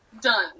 done